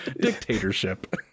dictatorship